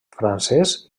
francès